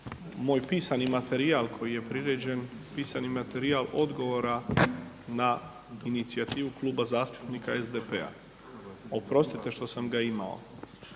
moj pisani materijal koji je priređen, pisani materijal odgovora na inicijativu Kluba zastupnika SDP-a. Oprostite što sam ga imao.